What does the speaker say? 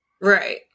Right